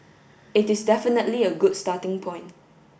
it is definitely a good starting point